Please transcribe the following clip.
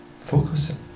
focus